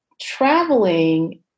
Traveling